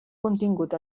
contingut